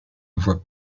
voie